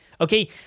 Okay